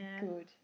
good